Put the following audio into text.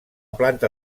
planta